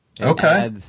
Okay